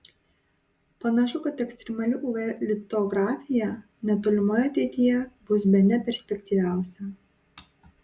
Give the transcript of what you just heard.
panašu kad ekstremali uv litografija netolimoje ateityje bus bene perspektyviausia